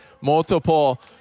multiple